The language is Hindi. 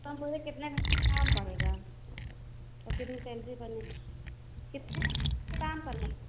तो हम लोग पर कितने घंटे काम पड़ेगा तो कितनी सेलरी बनेगी कितने काम करना पड़े